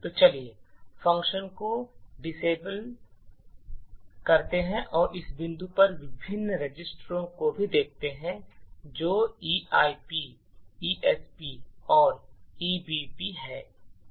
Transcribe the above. तो चलिए फंक्शन को डिसएबल करते हैं और इस बिंदु पर हम विभिन्न रजिस्टरों को भी देखेंगे जो ईआईपी ईएसपी और ईबीपी हैं